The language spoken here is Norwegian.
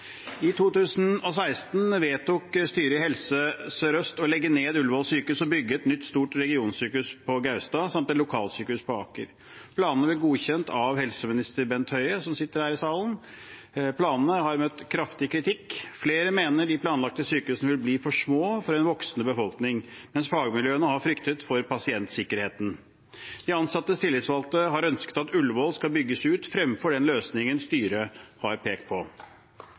I 2016 vedtok styret i Helse Sør-Øst å legge ned Ullevål sykehus og bygge et nytt, stort regionsykehus på Gaustad, samt lokalsykehus på Aker. Planene ble godkjent av helseminister Bent Høie, som sitter her i salen. Planene har møtt kraftig kritikk. Flere mener de planlagte sykehusene vil bli for små for en voksende befolkning, mens fagmiljøene har fryktet for pasientsikkerheten. De ansattes tillitsvalgte har ønsket at Ullevål skal bygges ut, fremfor den løsningen styret har pekt på.